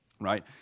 Right